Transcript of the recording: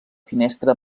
finestra